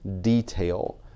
detail